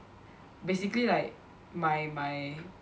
basically like my my